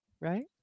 Right